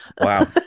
Wow